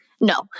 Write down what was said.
no